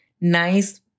nice